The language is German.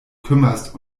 kümmerst